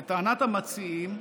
לטענת המציעים,